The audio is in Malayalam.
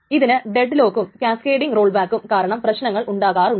ഇതിന് ഡെഡ് ലോക്കും കാസ്കേടിങ്ങ് റോൾ ബാക്കും കാരണം പ്രശ്നങ്ങൾ ഉണ്ടാകാറുണ്ട്